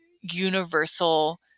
universal